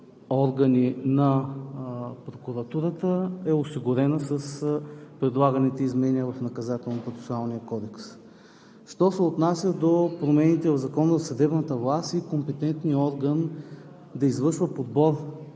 органи на прокуратурата, е осигурена с предлаганите изменения в Наказателно-процесуалния кодекс. Що се отнася до промените в Закона за съдебната власт и компетентният орган да извършва подбор